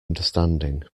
understanding